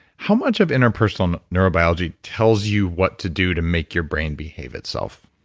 how much of interpersonal um neurobiology tells you what to do to make your brain behave itself?